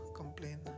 complain